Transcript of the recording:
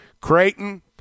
Creighton